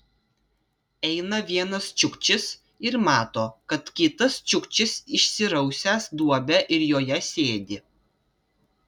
eina vienas čiukčis ir mato kad kitas čiukčis išsirausęs duobę ir joje sėdi